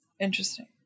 Interesting